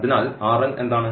അതിനാൽ എന്താണ്